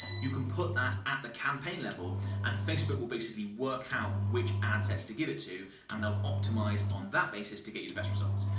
you can put that at the campaign level and facebook will basically work out which ad sets to give it to, and they'll optimise on that basis to get you the best results.